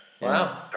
Wow